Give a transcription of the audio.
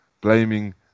blaming